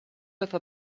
with